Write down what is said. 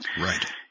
Right